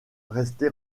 resté